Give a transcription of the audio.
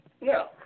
No